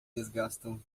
desgastam